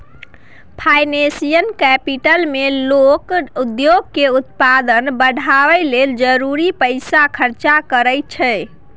financial capital मे लोक उद्योग के उत्पादन बढ़ाबय लेल जरूरी पैसा खर्च करइ छै